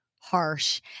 harsh